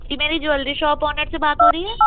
جی میری jewellery shop owner سے بات ہو رہی ہے